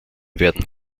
werden